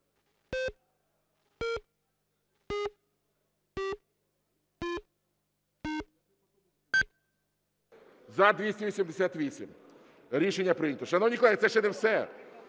За-288 Рішення прийнято. Шановні колеги, це ще не все.